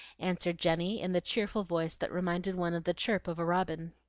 answered jenny, in the cheerful voice that reminded one of the chirp of a robin.